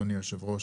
אדוני היושב-ראש,